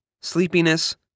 sleepiness